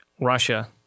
Russia